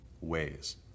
ways